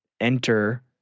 enter